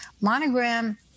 Monogram